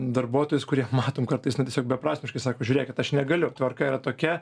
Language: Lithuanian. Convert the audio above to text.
darbuotojus kurie matom kartais na tiesiog beprasmiškai sako žiūrėkit aš negaliu tvarka yra tokia